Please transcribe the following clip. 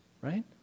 right